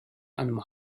einem